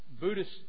Buddhist